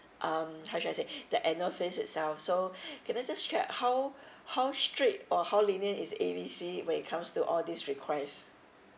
um how should I say the annual fees itself so can I just check how how strict or how lenient is A B C when it comes to all these request